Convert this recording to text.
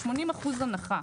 זה 80% הנחה.